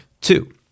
two